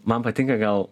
man patinka gal